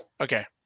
Okay